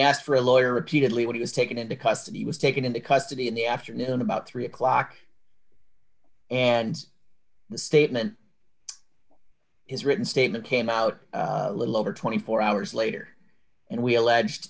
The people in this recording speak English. asked for a lawyer repeatedly when he was taken into custody was taken into custody in the afternoon about three o'clock and the statement his written statement came out little over twenty four hours later and we alleged